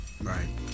Right